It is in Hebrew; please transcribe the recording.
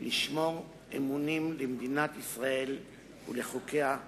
לשמור אמונים למדינת ישראל ולחוקיה,